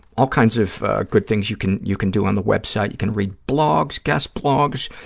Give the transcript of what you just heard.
all kinds of good things you can you can do on the web site. you can read blogs, guest blogs,